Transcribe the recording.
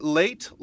late